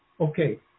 Okay